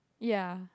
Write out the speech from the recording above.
ya